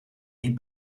niet